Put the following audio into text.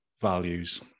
values